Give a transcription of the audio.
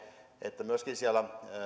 että myöskin